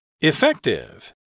Effective